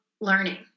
learning